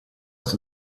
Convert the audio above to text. est